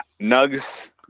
Nugs